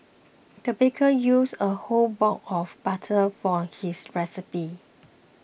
the baker used a whole block of butter for his recipe